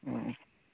অ